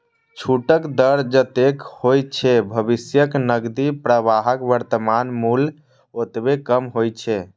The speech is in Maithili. छूटक दर जतेक होइ छै, भविष्यक नकदी प्रवाहक वर्तमान मूल्य ओतबे कम होइ छै